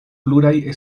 pluraj